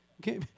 Okay